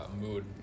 mood